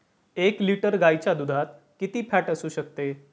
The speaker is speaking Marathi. एक लिटर गाईच्या दुधात किती फॅट असू शकते?